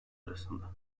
arasında